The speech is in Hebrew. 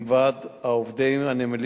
ושיבוא מישהו שיבין את העובדים ויחליף